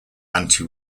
anti